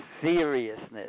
seriousness